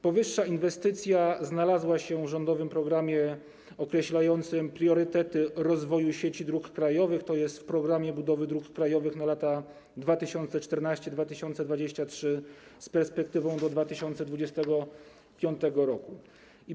Powyższa inwestycja znalazła się w rządowym programie określającym priorytety rozwoju sieci dróg krajowych, to jest w „Programie budowy dróg krajowych na lata 2014-2023”, z perspektywą do 2025 r.